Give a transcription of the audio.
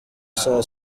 saa